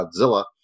Godzilla